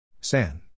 San